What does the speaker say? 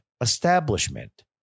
establishment